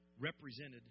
represented